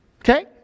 Okay